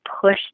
push